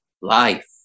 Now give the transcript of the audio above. life